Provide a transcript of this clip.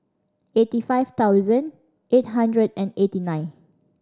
eighty five thousand eight hundred and eighty nine